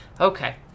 okay